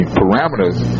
parameters